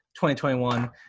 2021